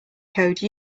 code